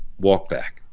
walk back.